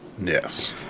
Yes